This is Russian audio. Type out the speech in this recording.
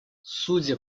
судя